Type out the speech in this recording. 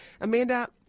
Amanda